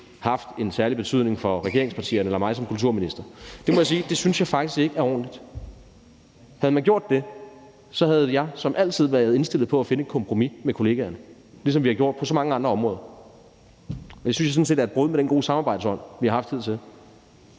haft nogen særlig betydning for regeringspartierne eller mig som kulturminister, synes jeg faktisk ikke er ordentligt. Det må jeg sige. Havde man gjort det, havde jeg som altid været indstillet på at finde et kompromis med kollegerne, ligesom vi har gjort på så mange andre områder, og det synes jeg sådan set er et brud med den gode samarbejdsånd, vi har haft hidtil.